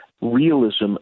realism